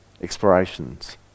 explorations